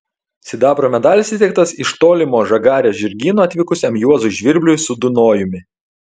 sidabro medalis įteiktas iš tolimo žagarės žirgyno atvykusiam juozui žvirbliui su dunojumi